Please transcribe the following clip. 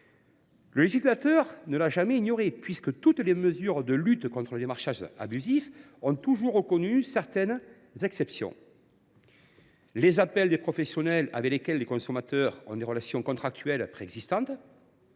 Le législateur ne l’a jamais ignoré, puisque toutes les mesures de lutte contre le démarchage abusif ont reconnu certaines exceptions : les appels des professionnels avec lesquels les consommateurs ont des relations contractuelles préexistantes